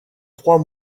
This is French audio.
trois